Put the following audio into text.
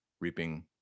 reaping